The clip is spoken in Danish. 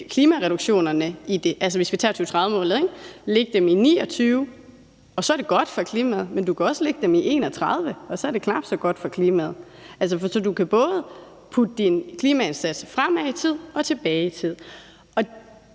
hvis vi tager 2030-målet, ikke? – og så er det godt for klimaet, men du kan også lægge dem i 2031, og så er det knap så godt for klimaet. Så du kan både putte dine klimaindsatser et sted fremme i tid og tilbage i tid,